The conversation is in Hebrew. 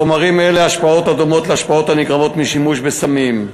לחומרים אלה השפעות הדומות להשפעות הנגרמות משימוש בסמים.